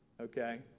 okay